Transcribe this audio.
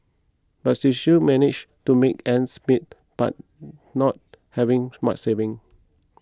but she still manages to make ends meet by not having much saving